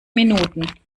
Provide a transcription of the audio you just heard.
minuten